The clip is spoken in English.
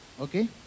Okay